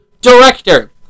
Director